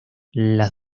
las